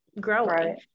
growing